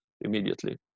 immediately